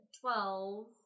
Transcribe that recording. twelve